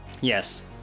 Yes